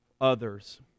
others